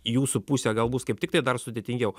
į jūsų pusę gal bus kaip tiktai dar sudėtingiau